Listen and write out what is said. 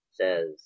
says